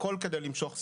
הכול כדי למשוך זמן.